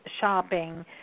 shopping